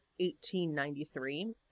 1893